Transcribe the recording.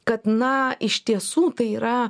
kad na iš tiesų tai yra